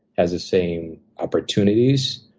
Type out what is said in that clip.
has the same opportunities,